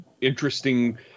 interesting